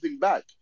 back